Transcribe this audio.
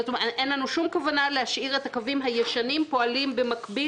אין לנו שום כוונה להשאיר את הקווים הישנים פועלים במקביל